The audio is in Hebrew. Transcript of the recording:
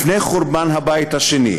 לפני חורבן הבית השני.